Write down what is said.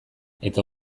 eta